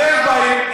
אתם באים,